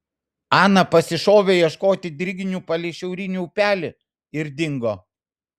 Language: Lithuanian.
ana pasišovė ieškoti drignių palei šiaurinį upelį ir dingo